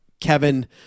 Kevin